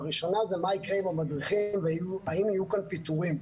הראשונה זה מה יקרה עם המדריכים והאם יהיו כאן פיטורים.